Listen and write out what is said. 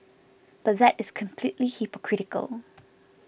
but that is completely hypocritical